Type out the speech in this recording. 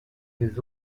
des